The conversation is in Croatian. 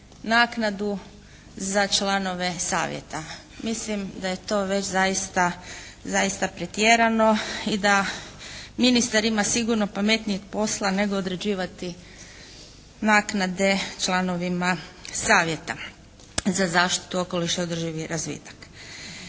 naknadu za članove savjeta. Mislim da je to već zaista pretjerano i da ministar ima sigurno pametnijeg posla nego određivati naknade članovima Savjeta za zaštitu okoliša i državni razvitak.